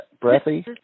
breathy